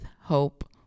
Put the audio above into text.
hope